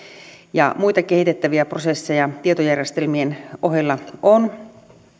muitakin kehitettäviä prosesseja tietojärjestelmien ohella on